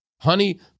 honey